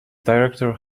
director